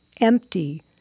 empty